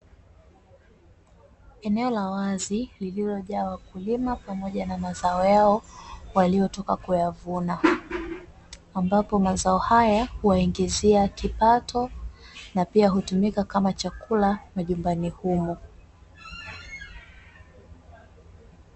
Eneo la wazi lililo jaa wakulima pamoja na mazao yao walio toka kuyavuna, ambapo mazao haya huwaingizia kipato na pia hutumika kama chakula majumbani humo.